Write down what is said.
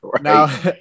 Now